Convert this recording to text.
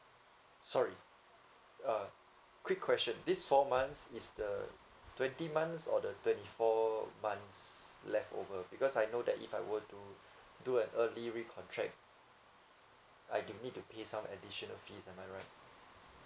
sorry uh quick question this four months is the twenty months or the twenty four months left over because I know that if I were to do an early recontract I do need to pay some additional fees am I right